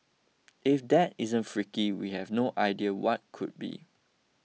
if that isn't freaky we have no idea what could be